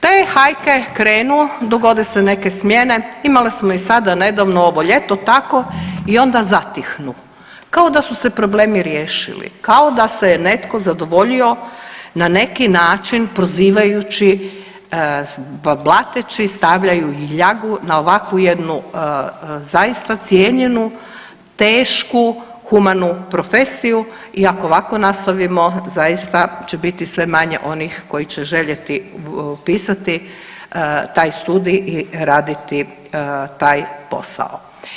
Te hajke krenu, dogode se neke smjene, imali smo sada nedavno ovo ljeto tako i onda zatihnu, kao da su se problemi riješili, kao da se je netko zadovoljio na neki način prozivajući, blateći, stavljaju ljagu na ovakvu jednu zaista cijenjenu, tešku humanu profesiju i ako ovako nastavimo zaista će biti sve manje onih koji će željeti upisati taj studij i raditi taj posao.